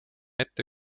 ette